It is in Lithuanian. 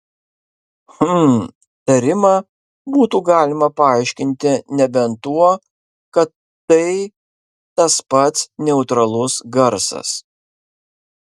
hm tarimą būtų galima paaiškinti nebent tuo kad tai tas pats neutralus garsas